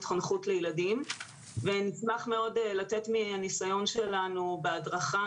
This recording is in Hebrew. חונכות לילדים ונשמח מאוד לתת מהניסיון שלנו בהדרכה,